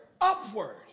Upward